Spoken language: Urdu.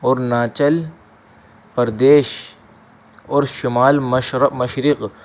اروناچل پردیش اور شمال مشرق